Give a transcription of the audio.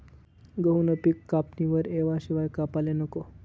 गहूनं पिक कापणीवर येवाशिवाय कापाले नको